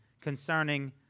concerning